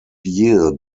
year